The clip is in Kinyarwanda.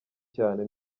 cyane